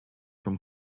from